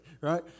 Right